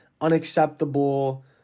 unacceptable